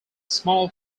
small